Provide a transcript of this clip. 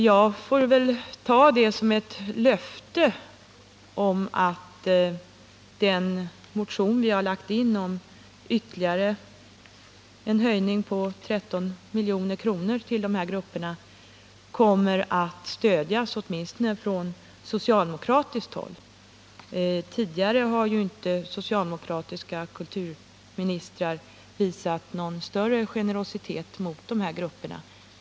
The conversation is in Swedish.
Jag får väl ta det som ett löfte att den motion vi har väckt om en höjning med 13 milj.kr. av anslaget till dessa grupper kommer att stödjas åtminstone från socialdemokratiskt håll. Tidigare har inte socialdemokratiska kulturministrar visat någon större generositet mot dessa grupper.